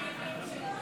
ההסתייגויות לסעיף 04